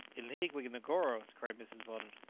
in league with negoro! cried mrs. weldon, ah,